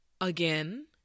Again